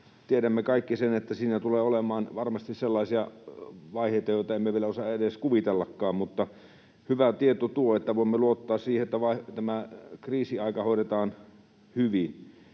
Tiedämme kaikki sen, että siinä tulee olemaan varmasti sellaisia vaiheita, joita emme vielä osaa edes kuvitellakaan. Mutta on hyvä tieto, että voimme luottaa siihen, että tämä kriisiaika hoidetaan hyvin.